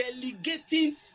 delegating